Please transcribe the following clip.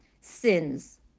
Sins